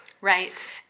Right